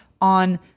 on